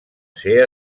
ser